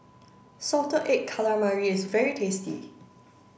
salted egg calamari is very tasty